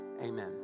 amen